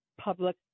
public